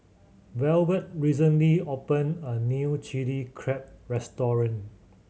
Velvet recently opened a new Chilli Crab restaurant